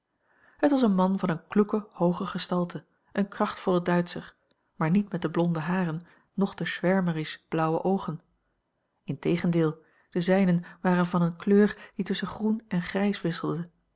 het was een man van eene kloeke hooge gestalte een krachtvolle duitscher maar niet met de blonde haren noch de schwärmerisch blauwe oogen integendeel de zijnen waren van eene kleur die tusschen groen en grijs wisselde